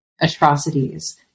atrocities